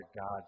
God